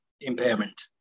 impairment